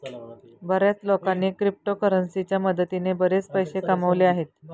बर्याच लोकांनी क्रिप्टोकरन्सीच्या मदतीने बरेच पैसे कमावले आहेत